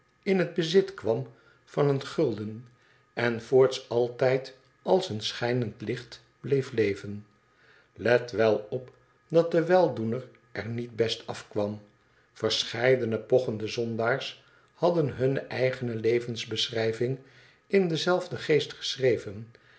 in het bezit kwam van een gulden en voorts altijd als een schijnend licht bleef leven let wel op dat de weldoener er niet best afkwam verscheidene pochende zondaars hadden hunne eigene levensbeschrijving in denzelfden geest geschreven